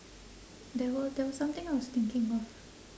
there were there was something I was thinking of